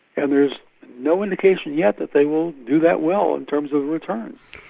and there's no indication yet that they will do that well in terms of returns.